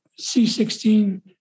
C16